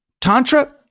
Tantra